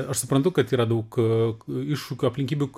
aš suprantu kad yra daug iššūkių aplinkybių